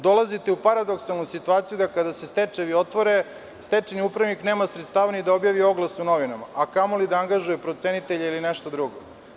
Dolazite u paradoksalnu situaciju da kada se stečajevi otvore, stečajni upravnik nema sredstava ni da objavi oglas u novinama, a kamoli da angažuje procenitelje ili nešto drugo.